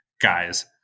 guys